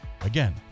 Again